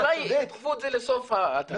אולי ידחו את זה לסוף התהליך.